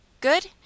Good